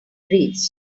breeze